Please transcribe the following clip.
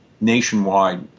nationwide